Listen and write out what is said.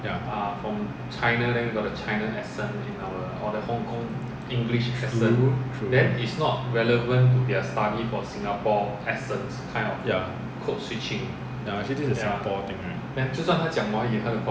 true true ya actually this is a singapore thing right